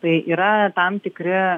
tai yra tam tikri